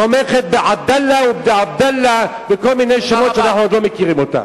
תומכת ב"עדאלה" ובעבדאללה וכל מיני שמות שאנחנו עוד לא מכירים אותם.